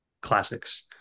classics